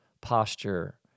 posture